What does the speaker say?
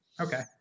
Okay